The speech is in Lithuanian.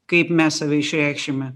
kaip mes save išreikšime